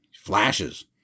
flashes